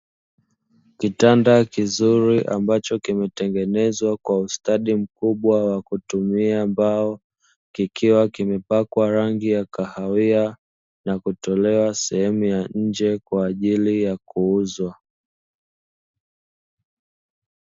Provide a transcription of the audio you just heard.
Kitanda kizuri ambacho kimetengenezwa kwa ustadi mkubwa wa kutumia mbao, kikiwa kimepakwa rangi ya kahawia na kutolewa sehemu ya nje kwa ajili ya kuuzwa.